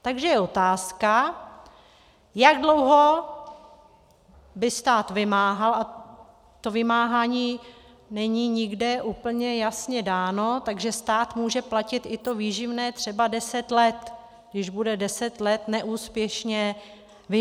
Takže je otázka, jak dlouho by stát vymáhal, a to vymáhání není nikde úplně jasně dáno, takže stát může platit i to výživné třeba deset let, když bude deset let neúspěšně vymáhat.